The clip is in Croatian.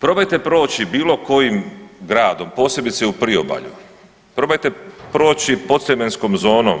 Probajte proći bilo kojim gradom, posebice u priobalju, probajte proći podsljemenskom zonom